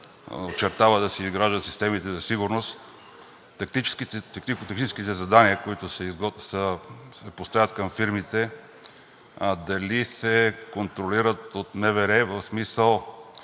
очертава да се изграждат системите за сигурност, технико-тактическите задания, които се поставят към фирмите, дали се контролират от МВР? В смисъл